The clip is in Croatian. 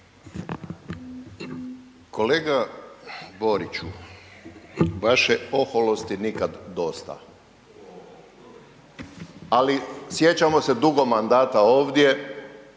Kolega Boriću, vaše oholosti nikad dosta. Ali sjećamo se dugo mandata ovdje